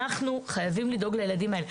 אנחנו חייבים לדאוג לילדים האלה.